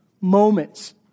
moments